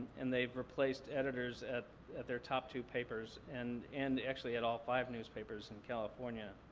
and they've replaced editors at at their top two papers and and actually at all five newspapers in california.